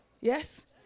yes